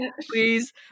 please